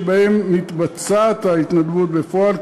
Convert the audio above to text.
שבהם מתבצעת ההתנדבות בפועל,